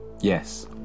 yes